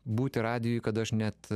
būti radijuj kad aš net